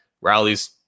rallies